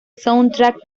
soundtrack